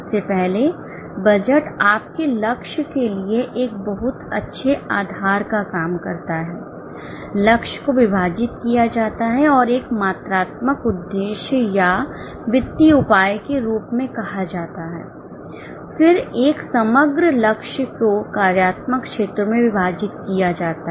सबसे पहले बजट आपके लक्ष्य के लिए एक बहुत अच्छे आधार का काम करता है लक्ष्य को विभाजित किया जाता है और एक मात्रात्मक उद्देश्य या वित्तीय उपाय के रूप में कहा जाता है फिर एक समग्र लक्ष्य को कार्यात्मक क्षेत्रों में विभाजित किया जाता है